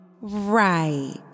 Right